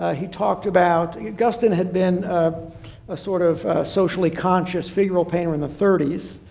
ah he talked about, guston had been a sort of socially conscious figural painter in the thirty s.